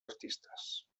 artistes